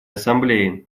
ассамблеи